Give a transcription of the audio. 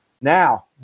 now